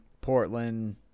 Portland